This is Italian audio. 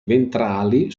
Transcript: ventrali